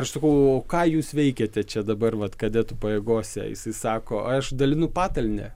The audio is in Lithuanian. aš sakau ką jūs veikiate čia dabar vat kadetų pajėgose jisai sako aš dalinu patalynę